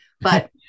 but-